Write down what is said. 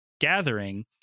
gathering